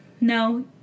No